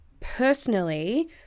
personally